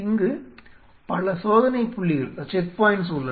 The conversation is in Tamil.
இங்கு பல சோதனைப்புள்ளிகள் உள்ளன